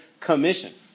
commission